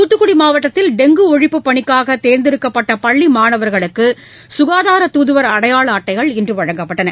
தூத்துக்குடி மாவட்டத்தில் டெங்கு ஒழிப்புப் பணிக்னக தேர்ந்தெடுக்கப்பட்ட பள்ளி மாணவர்களுக்கு சுகாதார தூதுவர் அடையாள அட்டைகள் இன்று வழங்கப்பட்டன